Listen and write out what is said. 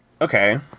Okay